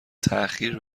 تاخیر